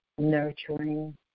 nurturing